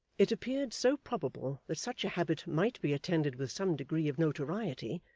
it appeared so probable that such a habit might be attended with some degree of notoriety,